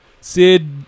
Sid